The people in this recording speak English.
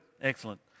Excellent